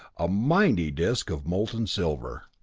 a mighty disc of molten silver.